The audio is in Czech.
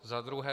Za druhé.